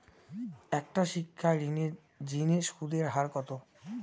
একটা শিক্ষা ঋণের জিনে সুদের হার কত?